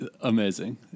Amazing